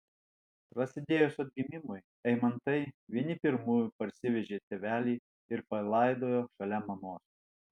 prasidėjus atgimimui eimantai vieni pirmųjų parsivežė tėvelį ir palaidojo šalia mamos